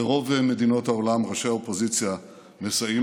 ברוב מדינות העולם ראשי האופוזיציה מסייעים